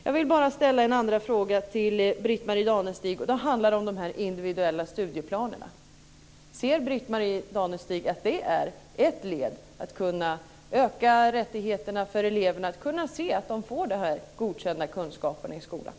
Danestig att detta är ett led vad gäller möjligheterna att öka rättigheterna för eleverna att kunna se att de får godkända kunskaper i skolan?